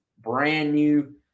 brand-new